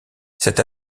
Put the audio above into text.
cette